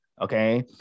Okay